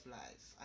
life